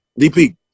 DP